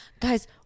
Guys